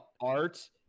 art